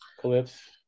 clips